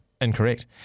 Incorrect